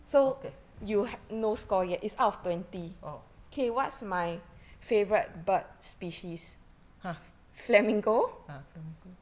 okay orh !huh! uh flamingo